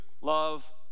love